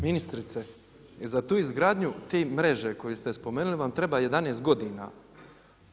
Ministrice, za tu izgradnju te mreže koju ste spomenuli vam treba 11 godina.